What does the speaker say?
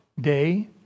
day